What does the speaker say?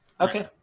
Okay